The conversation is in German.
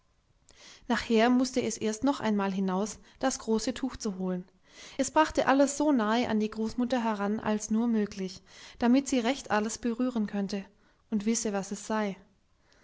nachher mußte es erst noch einmal hinaus das große tuch zu holen es brachte alles so nahe an die großmutter heran als nur möglich damit sie recht alles berühren könne und wisse was es sei